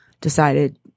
decided